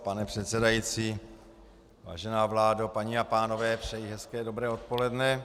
Pane předsedající, vážená vládo, paní a pánové, přeji hezké, dobré odpoledne.